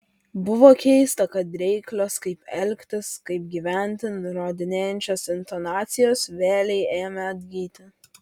buvo keista kad reiklios kaip elgtis kaip gyventi nurodinėjančios intonacijos vėlei ėmė atgyti